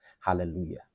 hallelujah